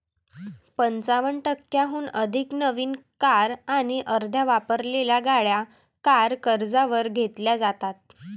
पंचावन्न टक्क्यांहून अधिक नवीन कार आणि अर्ध्या वापरलेल्या गाड्या कार कर्जावर घेतल्या जातात